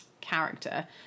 character